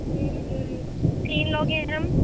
تین لوگ ہیں ہم